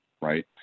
right